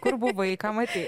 kur buvai ką matei